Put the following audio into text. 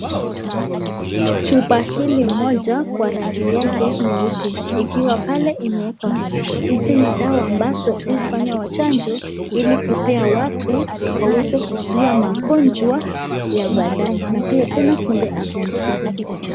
Chupa hili moja kwa rangi nyeupe ikiwa pale imeekwa. Hizi ni dawa ambazo hufanywa chanjo ili kupea watu waweze kuzuia magonjwa ya baadaye na pia tena kumpea afya nzuri.